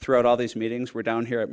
throughout all these meetings we're down here at